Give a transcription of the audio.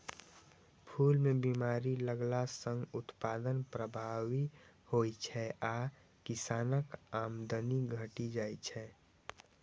फूल मे बीमारी लगला सं उत्पादन प्रभावित होइ छै आ किसानक आमदनी घटि जाइ छै